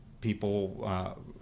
people